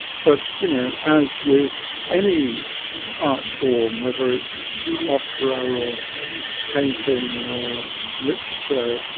but you know, as with any art form, whether it's opera or painting or literature,